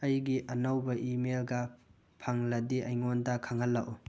ꯑꯩꯒꯤ ꯑꯅꯧꯕ ꯏꯃꯦꯜꯒ ꯐꯪꯂꯗꯤ ꯑꯩꯉꯣꯟꯗ ꯈꯪꯍꯜꯂꯛꯎ